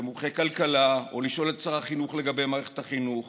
במומחי כלכלה או לשאול את שר החינוך לגבי מערכת החינוך